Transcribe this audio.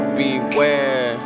beware